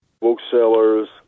booksellers